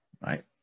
Right